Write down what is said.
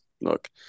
look